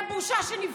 זו בושה שנבחרת.